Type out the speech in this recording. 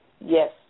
yes